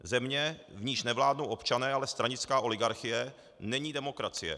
Země, v níž nevládnou občané, ale stranická oligarchie, není demokracie.